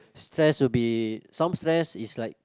stress would be some stress is like